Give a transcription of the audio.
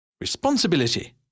Responsibility